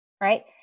right